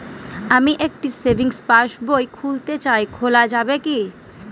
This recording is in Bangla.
আমি একটি সেভিংস পাসবই খুলতে চাই খোলা যাবে কি?